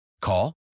Call